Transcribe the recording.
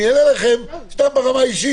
אבל אני אענה לכם סתם ברמה האישית,